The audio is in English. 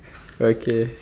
okay